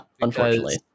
unfortunately